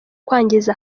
kwangiza